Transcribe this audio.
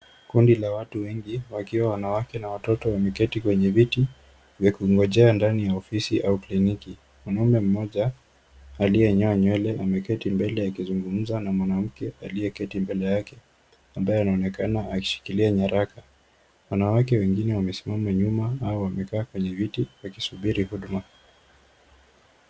Kundi la watu wengi, wakiwa wanawake na watoto wameketi kwenye viti, vya kungojea ndani ya ofisi au kliniki, mwanamume mmoja aliyenyoa nywele ameketi mbele akizungumza na mwanamke aliyeketi mbele yake, ambaye anaonekana akishikilia nyaraka. Wanawake wengine wamesimama nyuma au wamekaa kwenye viti, wakisubiri huduma.